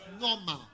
normal